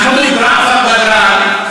חברת הכנסת ענת ברקו.